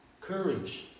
courage